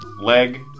leg